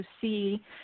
see